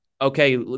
Okay